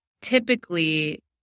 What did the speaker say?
typically